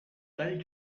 tall